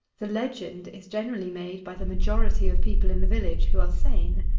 the legend is generally made by the majority of people in the village, who are sane.